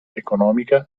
economica